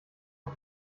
auf